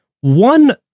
One